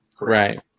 right